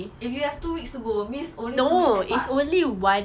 if you have two weeks to go that means only two weeks have passed